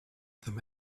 them